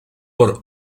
por